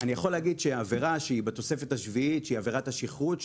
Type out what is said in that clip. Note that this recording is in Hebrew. אני יכול להגיד שעל עבירה שהיא בתוספת השביעית שהיא עבירת השכרות,